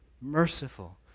merciful